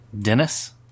Dennis